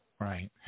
Right